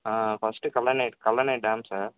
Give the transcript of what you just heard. ah first Kallanai Kallanai dam sir